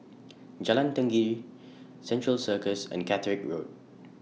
Jalan Tenggiri Central Circus and Catterick Road